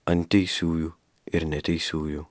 ant teisiųjų ir neteisiųjų